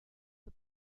the